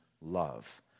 love